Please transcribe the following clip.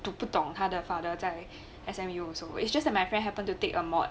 都不懂他的 father 在 S_M_U also its just that my friend happened to take a mock